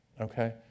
Okay